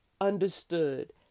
understood